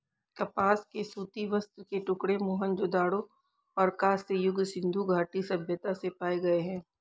कपास के सूती वस्त्र के टुकड़े मोहनजोदड़ो और कांस्य युग सिंधु घाटी सभ्यता से पाए गए है